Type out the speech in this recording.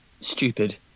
stupid